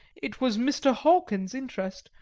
it was mr. hawkins's interest,